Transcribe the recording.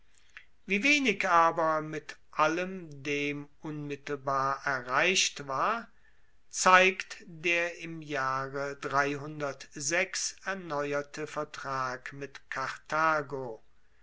wie wenig aber mit allem dem unmittelbar erreicht war zeigt der im jahre erneuerte vertrag mit karthago